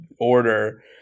order